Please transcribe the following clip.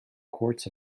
courts